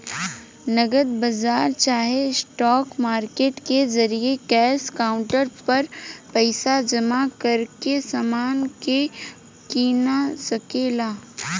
नगद बाजार चाहे स्पॉट मार्केट के जरिये कैश काउंटर पर पइसा जमा करके समान के कीना सके ला